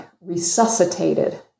resuscitated